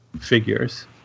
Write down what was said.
figures